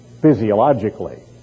physiologically